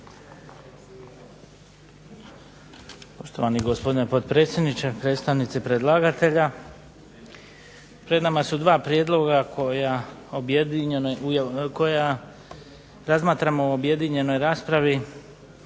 Poštovani gospodine potpredsjedniče, predstavnici predlagatelja. Pred nama su dva prijedloga koja razmatramo u objedinjenoj raspravi.